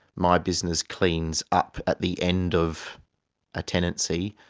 my business cleans up at the end of a tenancy.